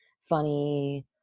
funny